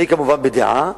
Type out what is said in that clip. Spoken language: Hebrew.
אני כמובן בדעה,